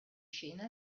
scena